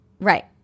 Right